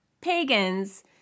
Pagans